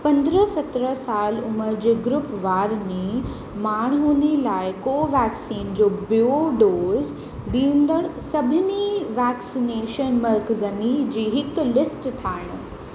पंद्रहं सत्रहं साल उमिरि जे ग्रूप वारनि माण्हुनि लाइ कोवेक्सीन जो बि॒यों डोज़ ॾींदड़ु सभिनी वैक्सनेशन मर्कज़नि जी हिकु लिस्ट ठाहियो